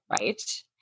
right